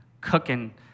cooking